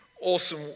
awesome